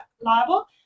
liable